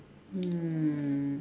um